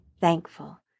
thankful